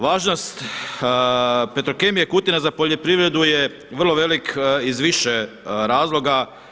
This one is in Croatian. Važnost Petrokemije Kutina za poljoprivredu je vrlo velik iz više razloga.